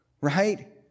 right